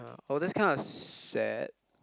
oh that's kind of sad